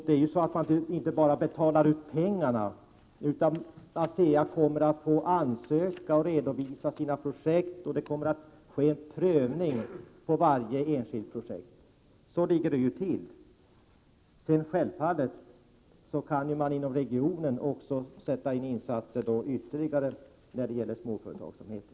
Det är inte så att man bara betalar ut pengarna. ASEA kommer att få ansöka om pengar och redovisa sina projekt, och det kommer att ske en prövning av varje enskilt projekt. Så ligger det till. Självfallet kan man också inom regionen sätta in ytterligare insatser när det gäller småföretagsamheten.